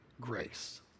grace